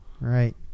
right